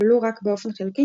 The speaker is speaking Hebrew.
ולו רק באופן חלקי,